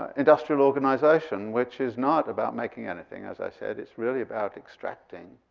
industrial organization, which is not about making anything. as i said, it's really about extracting